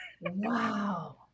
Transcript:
Wow